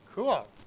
Cool